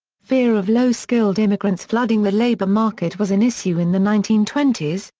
fear of low-skilled immigrants flooding the labor market was an issue in the nineteen twenty s,